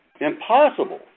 impossible